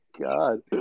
God